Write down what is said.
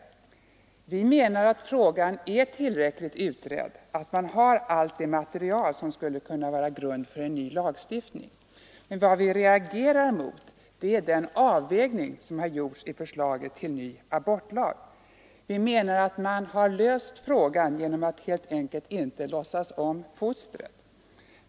Jo, vi anser att frågan är tillräckligt utredd, att man har material som skulle kunna ligga till grund för en ny lagstiftning. Men vad vi reagerar mot är den avvägning som gjorts i förslaget till ny abortlag. Man har löst problemet genom att helt enkelt inte låtsas om fostret.